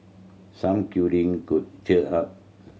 some cuddling could cheer her up